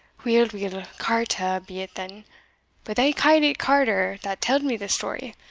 weel, weel, carta be it then, but they ca'd it carter that tell'd me the story.